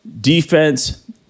defense